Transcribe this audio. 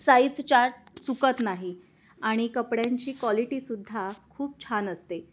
size chart चुकत नाही आणि कपड्यांची क्वालिटीसुद्धा खूप छान असते